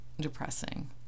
depressing